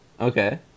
Okay